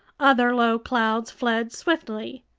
other low clouds fled swiftly.